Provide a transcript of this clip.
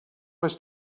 was